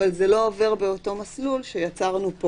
אבל זה לא עובר באותו מסלול שיצרנו פה